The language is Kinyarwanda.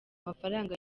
mafaranga